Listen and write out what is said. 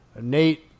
Nate